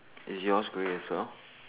is yours grey as well